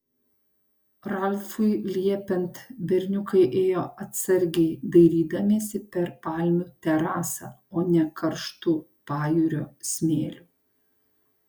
ralfui liepiant berniukai ėjo atsargiai dairydamiesi per palmių terasą o ne karštu pajūrio smėliu